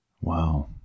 Wow